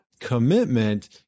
commitment